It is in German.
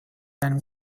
einem